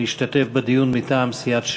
להשתתף בדיון מטעם סיעת ש"ס.